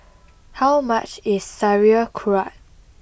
how much is Sauerkraut